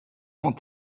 sans